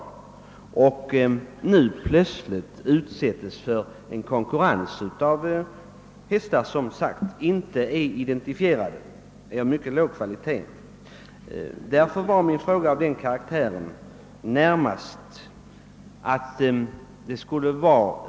Nu utsätts uppfödarna plötsligt för konkurrens genom import av oidentifierade hästar av mycket låg kvalitet. Jag menade att det skulle vara.